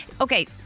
okay